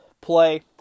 play